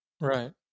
Right